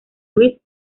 luis